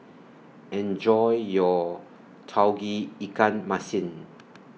Enjoy your Tauge Ikan Masin